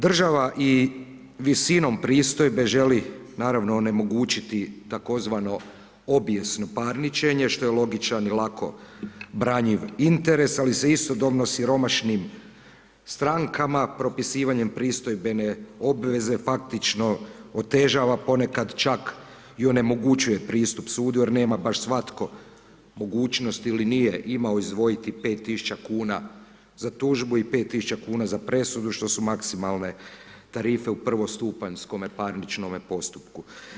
Država i visinom pristojbe želi naravno onemogućiti tzv. obijesno parničenje što je logičan i lako branjiv interes ali se istodobno siromašnim strankama propisivanjem pristojbene obveze faktično otežava ponekad čak i onemogućuje pristup sudu jer nema baš svatko mogućnosti ili nije imao izdvojiti 5 000 kn za tužbu i 5 000 kn za presudu što su maksimalne tarife u prvostupanjskome parničnome postupku.